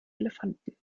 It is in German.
elefanten